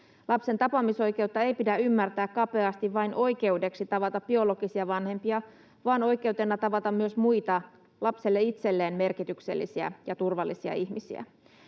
Lapsen tapaamisoikeutta ei pidä ymmärtää kapeasti vain oikeudeksi tavata biologisia vanhempia vaan oikeutena tavata myös muita lapselle itselleen merkityksellisiä ja turvallisia ihmisiä.